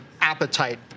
appetite